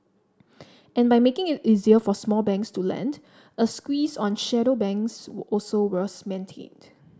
and by making it easier for small banks to lend a squeeze on shadow banks also was maintained